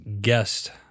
guest